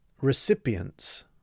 recipients